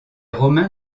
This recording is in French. romains